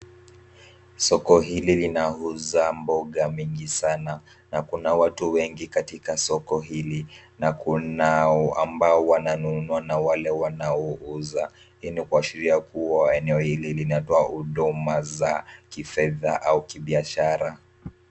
Soko hili linauza mboga mengi sana, na kuna watu wengi katika soko hili na kunao ambao wananunua na wale wanaouza. Hii ni kwa sheria kuwa eneo hili linatoa huduma za kifedha au kibiashara.